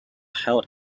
held